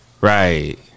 right